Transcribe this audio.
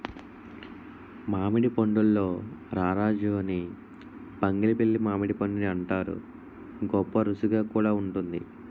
మామిడి పండుల్లో రారాజు అని బంగినిపల్లి మామిడిపండుని అంతారు, గొప్పరుసిగా కూడా వుంటుంది